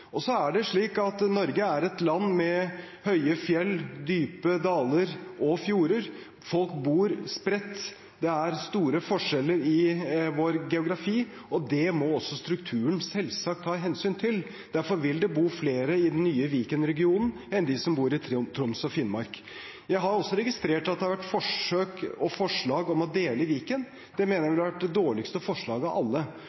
vi. Så er det slik at Norge er et land med høye fjell, dype daler og fjorder. Folk bor spredt. Det er store forskjeller i vår geografi, og det må strukturen selvsagt ta hensyn til. Derfor vil det bo flere i den nye Viken-regionen enn i Troms og Finnmark. Jeg har også registrert at det har vært forslag om å dele Viken. Det mener jeg